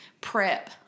prep